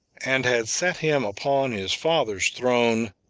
and had set him upon his father's throne,